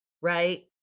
right